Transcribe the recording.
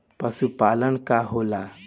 पशुपलन का होला?